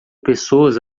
pessoas